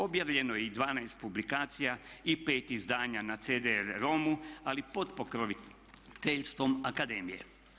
Objavljeno je i 12 publikacija i 5 izdanja na cd romu ali pod pokroviteljstvom akademije.